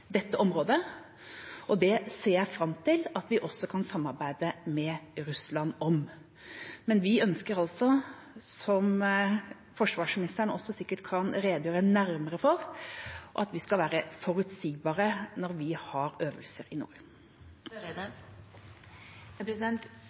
dette området, og det ser jeg fram til at vi også kan samarbeide med Russland om. Men vi ønsker altså, som forsvarsministeren også sikkert kan redegjøre nærmere for, at vi skal være forutsigbare når vi har øvelser i nord.